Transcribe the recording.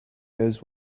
goes